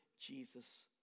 Jesus